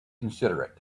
considerate